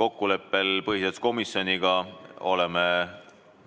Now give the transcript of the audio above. Kokkuleppel põhiseaduskomisjoniga oleme